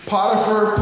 Potiphar